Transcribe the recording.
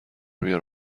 بیار